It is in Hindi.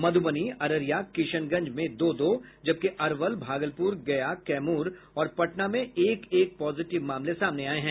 मधुबनी अररिया किशनगंज में दो दो जबकि अरवल भागलपुर गया कैमूर और पटना में एक एक पॉजिटिव मामले सामने आये हैं